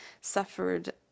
suffered